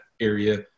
area